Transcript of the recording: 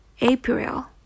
April